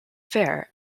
fair